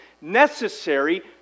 necessary